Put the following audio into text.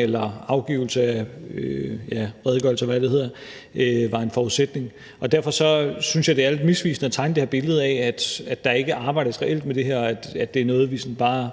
eller redegørelse, eller hvad det hedder, var en forudsætning. Og derfor synes jeg, det er lidt misvisende at tegne det her billede af, at der ikke arbejdes reelt med det her, og at det bare er noget, vi sådan